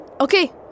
Okay